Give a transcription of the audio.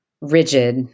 rigid